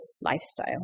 lifestyle